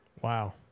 Wow